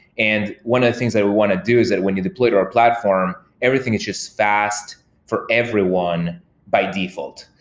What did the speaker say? and one of the things that we want to do is that when you deploy to our platform, everything is just fast for every one by default.